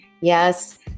yes